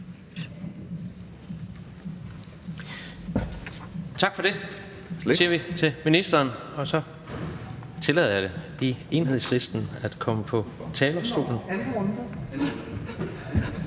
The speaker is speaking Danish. Tak for det siger vi til ministeren, og så tillader jeg lige Enhedslisten at komme på talerstolen.